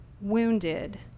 wounded